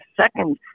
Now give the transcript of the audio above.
second